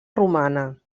romana